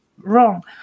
wrong